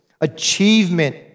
achievement